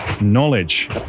knowledge